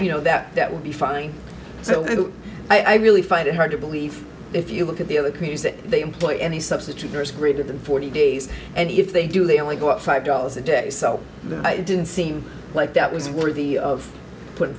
you know that that would be fine so i really find it hard to believe if you look at the other countries that they employ any substitute there is greater than forty days and if they do they only go up five dollars a day so it didn't seem like that was worthy of put